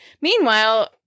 Meanwhile